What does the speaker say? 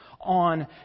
on